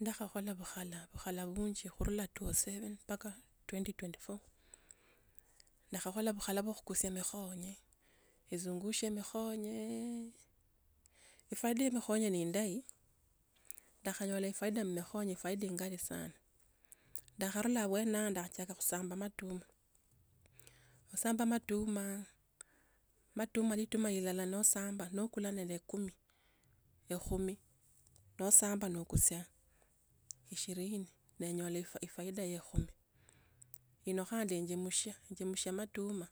Ndakhakhola bukhala bukhala bunji khurula tu oo sephen mpaka twenti twenti foo. Ndakhakhola bukhala bwa khukusia emikhonye. Ezungushi mikhonyieeee. Efaida ye mikhonge neindahi, ndakhanyola efaida mumikhonye faida endahi sana, ndakharura obwena oo ndekhatchiaka khusamba matuma. Khusamba matumaaa matuma lituma lilala nasamba nokula nende kumi, ne kumi noosamba nokusia ishirini nenyola efa-efaida ye ekhumi. Ino khandi enjamsha enjamsushia amatuma,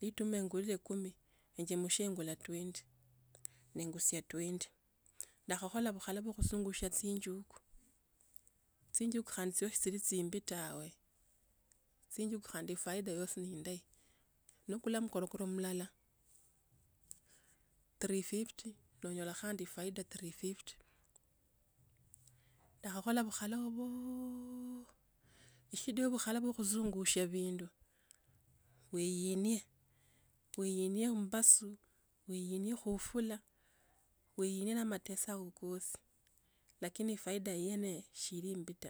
lituma engurire kumi enjemsha engula twenti, nengusia twenti. Ndakhakhola bukhala bukho kusungusha tsinjuku. Tsinjuku khandi shiosi sihili chimbi tawe, tsinjuku khandi efaida yosi niendahi. Nakula mokorokoro mulala, tirii fifti no onyola khandi eraida tirii fifti. Ndakakhola bukhalo bhooo eshidayo bukhalo bu khuungushia bindu, weinie weinie mbasu, weinie khufula, weinie na mateso ako kosi. Lakini faida yene eyo shili imbi ta.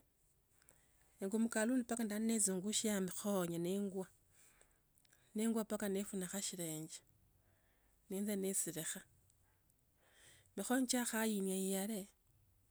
Nende mkalu mpaka ndali nizungushia mikhonye neingua, neingua mpaka nifunikha khashilenji, nenja neshirekha. Mikhoye shiakhainia yale.